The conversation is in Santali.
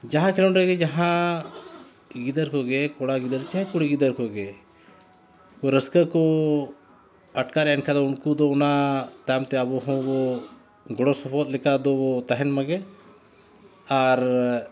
ᱡᱟᱦᱟᱸ ᱠᱮᱞᱳᱱᱰ ᱨᱮᱜᱮ ᱡᱟᱦᱟᱸ ᱜᱤᱫᱟᱹᱨ ᱠᱚᱜᱮ ᱠᱚᱲᱟ ᱜᱤᱫᱟᱹᱨ ᱪᱟᱦᱮ ᱠᱩᱲᱤ ᱜᱤᱫᱟᱹᱨ ᱠᱚᱜᱮ ᱨᱟᱹᱥᱠᱟᱹ ᱠᱚ ᱟᱴᱠᱟᱨᱮᱜᱼᱟ ᱮᱱᱠᱷᱟᱱ ᱩᱱᱠᱩ ᱫᱚ ᱚᱱᱟ ᱛᱟᱭᱚᱢ ᱛᱮ ᱟᱵᱚ ᱦᱚᱸᱵᱚ ᱜᱚᱲᱚ ᱥᱚᱯᱚᱦᱚᱫ ᱞᱮᱠᱟ ᱫᱚᱵᱚ ᱛᱟᱦᱮᱱ ᱢᱟᱜᱮ ᱟᱨ